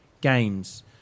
games